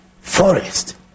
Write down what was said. forest